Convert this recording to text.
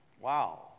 Wow